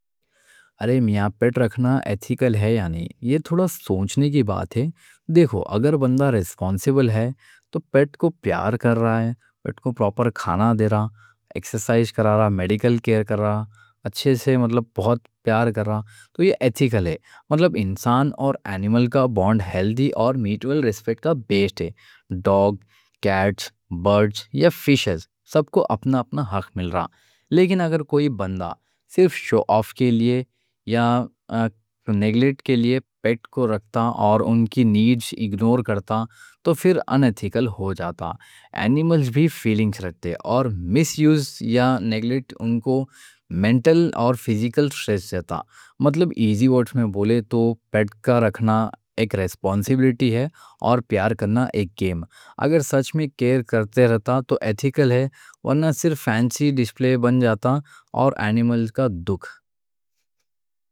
ارے میاں پیٹ رکھنا ایتھیکل ہے یا نہیں یہ تھوڑا سوچنے کی بات ہے۔ دیکھو اگر بندہ ریسپونسیبل ہے تو پیٹ کو پیار کر رہا ہے، پیٹ کو پراپر کھانا دے رہا، ایکسسرسائز کر رہا، میڈیکل کیر کر رہا، اچھے سے مطلب بہت پیار کر رہا تو یہ ایتھیکل ہے۔ مطلب انسان اور اینیمل کا بانڈ ہیلتھی اور میوچول ریسپیکٹ کا بیسڈ ہے، ڈاگ، کیٹس، برڈز یا فیشز سب کو اپنا اپنا حق مل رہا۔ لیکن اگر کوئی بندہ صرف شو آف کے لیے یا نیگلیکٹ کے لیے پیٹ کو رکھتا اور ان کی نیڈز اگنور کرتا تو پھر اَن ایتھیکل ہو جاتا۔ اینیمل بھی فیلنگز رکھتے اور مِس یوز یا نیگلیکٹ ان کو مینٹل اور فزیکل سٹریس جاتا۔ مطلب ایزی ورڈ میں بولے تو پیٹ کا رکھنا ایک ریسپونسیبلیٹی ہے۔ اور پیار کرنا ایک گیم، اگر سچ میں کیر کرتے رہتا تو ایتھیکل ہے ورنہ صرف فینسی ڈسپلے بن جاتا اور اینیمل کا دکھ۔